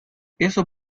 eso